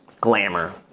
Glamour